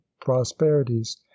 prosperities